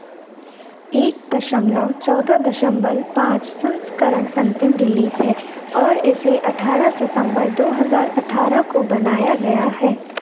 एक दशमलव चौदह दशमलव पाँच संस्करण अंतिम रिलीज है और इसे अठारह सितंबर दो हज़ार अठारह को बनाया गया है